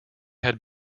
had